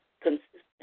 consistent